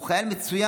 הוא חייל מצוין,